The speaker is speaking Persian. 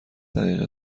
دقیقه